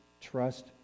trust